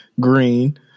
green